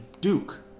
Duke